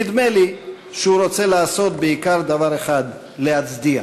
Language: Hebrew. נדמה לי שהוא רוצה לעשות בעיקר דבר אחד, להצדיע.